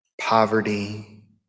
poverty